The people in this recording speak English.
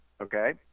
Okay